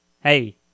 Hey